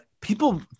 people